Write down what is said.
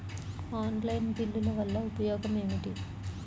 Online బిల్లుల వల్ల ఉపయోగమేమిటీ?